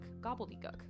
gobbledygook